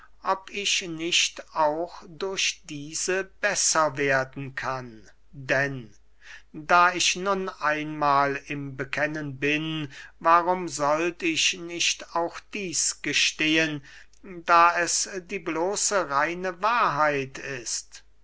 ob ich nicht auch durch diese besser werden kann denn da ich nun einmahl im bekennen bin warum sollt ich nicht auch dieß gestehen da es die bloße reine wahrheit ist